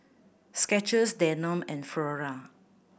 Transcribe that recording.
Skechers Danone and Flora